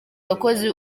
abakozi